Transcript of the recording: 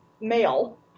male